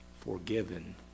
forgiven